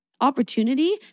opportunity